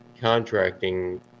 contracting